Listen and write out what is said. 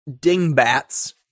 dingbats